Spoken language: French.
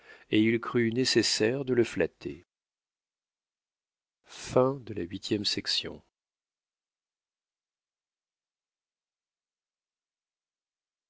et il crut nécessaire de le flatter